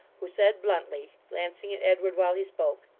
who said bluntly, glancing at edward while he spoke